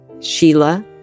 Sheila